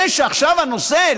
זה שעכשיו הנושא,